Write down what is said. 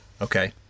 Okay